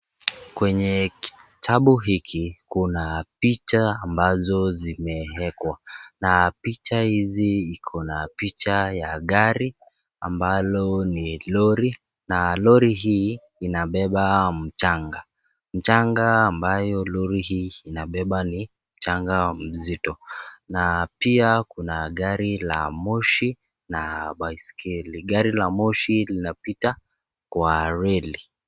Kwenye kitabu hiki kuna picha ambazo zimewekwa na picha hizi iko na picha ya gari ambalo ni lori na lori hii inabeba mchanga. Mchanga ambayo lori hii inabeba ni mchanga mzito na pia kuna gari la moshi na baiskeli. Gari la moshi linapita kwa reli.